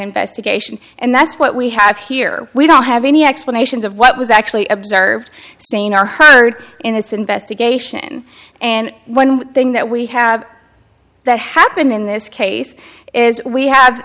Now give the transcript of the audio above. investigation and that's what we have here we don't have any explanations of what was actually observed seen or heard in this investigation and one thing that we have that happen in this case is we have